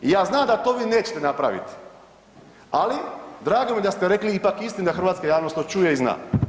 Ja znam da to vi nećete napraviti ali drago mi je da ste rekli ipak istinu da hrvatska javnost to čuje i zna.